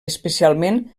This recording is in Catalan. especialment